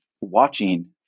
watching